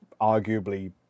arguably